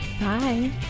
Bye